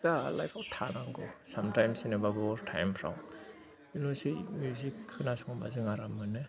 दा लाइफआव थानांगौ सामटाइम्स जेन'बा बबेबा टाइमफ्राव बेल'सै मिउजिक खोनासंबा जों आराम मोनो